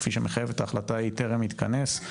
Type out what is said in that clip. כפי שמחייבת ההחלטה טרם התכנס.